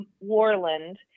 Warland